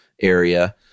area